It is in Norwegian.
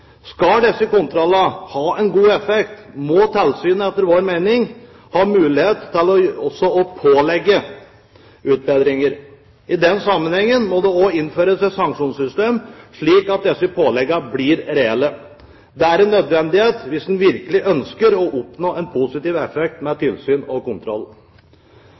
Skal disse kontrollene ha en god effekt, må tilsynet, etter vår mening, også ha mulighet til å pålegge utbedringer. I den sammenheng må det også innføres et sanksjonssystem, slik at disse påleggene blir reelle. Det er en nødvendighet hvis en virkelig ønsker å oppnå en positiv effekt med tilsyn og kontroll.